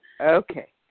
Okay